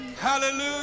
Hallelujah